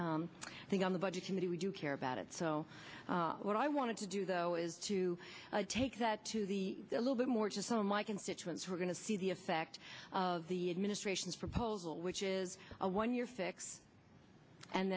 i think on the budget committee we do care about it so what i want to do though is to take that to the a little bit more to some of my constituents who are going to see the effect of the administration's proposal which is a one year fix and